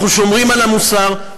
אנחנו שומרים על המוסר,